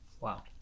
Wow